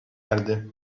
erdi